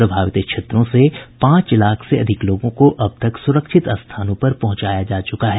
प्रभावित क्षेत्रों से पांच लाख से अधिक लोगों को अब तक सुरक्षित स्थानों पर पहुंचाया जा चुका है